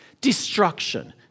Destruction